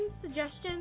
suggestions